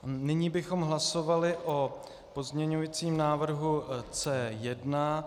Nyní bychom hlasovali o pozměňovacím návrhu C1.